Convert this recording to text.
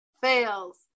fails